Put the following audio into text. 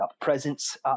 presence